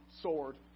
sword